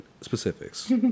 specifics